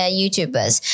YouTubers